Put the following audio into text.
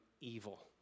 evil